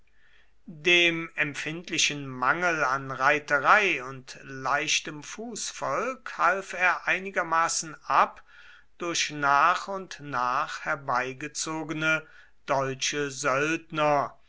dem empfindlichen mangel an reiterei und leichtem fußvolk half er einigermaßen ab durch nach und nach herbeigezogene deutsche söldner